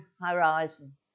horizon